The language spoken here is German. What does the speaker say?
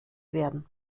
werden